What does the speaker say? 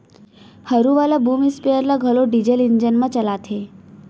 हरू वाला boom sprayer ल घलौ डीजल इंजन म चलाथें